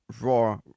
Raw